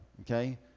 Okay